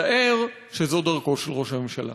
מצער שזו דרכו של ראש הממשלה.